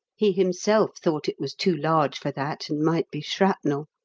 he himself thought it was too large for that, and might be shrapnel!